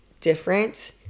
different